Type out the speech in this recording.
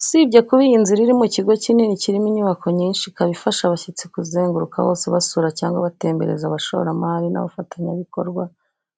Usibye kuba iyi nzira iri mu kigo kinini kirimo inyubako nyinshi, ikaba ifasha abashyitsi kuzenguruka hose basura cyangwa batembereza abashoramari n'abafatanyabikorwa,